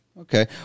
Okay